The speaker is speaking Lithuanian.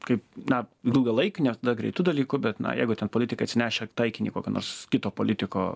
kaip na ilgalaikiu ne ta greitu dalyku bet na jeigu ten politikai atsinešę taikinį kokio nors kito politiko